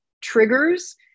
triggers